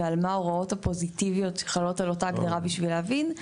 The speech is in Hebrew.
ומה ההוראות הפוזיטיביות שחלות על אותה הגדרה בשביל להבין.